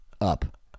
up